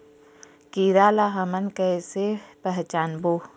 कीरा ला हमन कइसे पहचानबो?